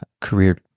career